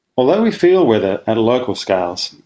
although we feel weather at local scales,